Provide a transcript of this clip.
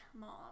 mom